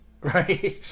Right